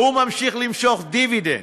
והוא ממשיך למשוך דיבידנד,